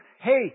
Hey